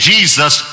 Jesus